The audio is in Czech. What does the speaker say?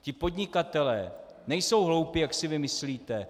Ti podnikatelé nejsou hloupí, jak si vy myslíte.